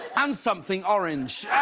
and something orange.